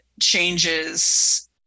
changes